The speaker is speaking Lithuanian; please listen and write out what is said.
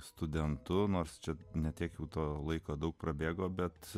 studentu nors čia neteks to laiko daug prabėgo bet